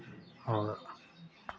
और